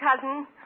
cousin